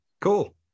cool